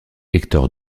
hector